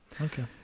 Okay